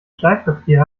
schleifpapier